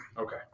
Okay